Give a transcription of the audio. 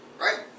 Right